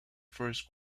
first